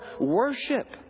worship